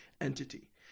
entity